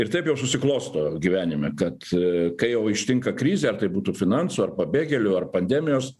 ir taip jau susiklosto gyvenime kad kai jau ištinka krizė ar tai būtų finansų ar pabėgėlių ar pandemijos